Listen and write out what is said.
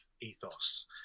ethos